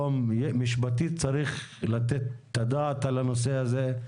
משפטית, צריך לתת את הדעת על הנושא הזה.